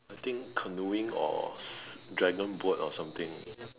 I think canoeing or dragon boat or something